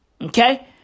Okay